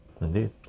indeed